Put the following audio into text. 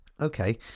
Okay